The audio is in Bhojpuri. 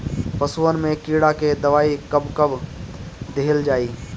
पशुअन मैं कीड़ा के दवाई कब कब दिहल जाई?